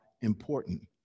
important